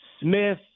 Smith